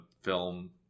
Film